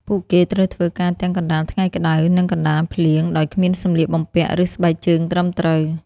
ពួកគេត្រូវធ្វើការទាំងកណ្ដាលថ្ងៃក្ដៅ និងកណ្ដាលភ្លៀង ដោយគ្មានសម្លៀកបំពាក់ ឬស្បែកជើងត្រឹមត្រូវ។